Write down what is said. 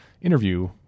interview